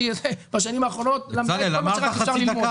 בשנים האחרונות למדה כל מה שאפשר ללמוד